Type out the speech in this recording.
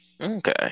Okay